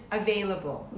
available